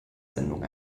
sendung